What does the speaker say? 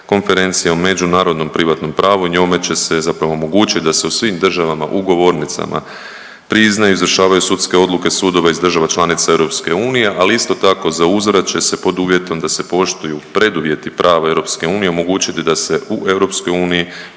konferencije o međunarodnom privatnom pravu i njome će se zapravo omogućit da se u svim državama ugovornicama priznaju i izvršavaju sudske odluke sudova iz država članica EU, ali isto tako za uzvrat će se pod uvjetom da se poštuju preduvjeti prava EU omogućiti da se u EU